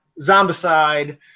Zombicide